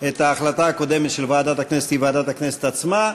את ההחלטה הקודמת של ועדת הכנסת הוא ועדת הכנסת עצמה.